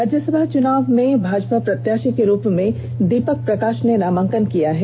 राज्यसभा चुनाव में भाजपा प्रत्याषी के रूप में दीपक प्रकाष ने नामांकन किया है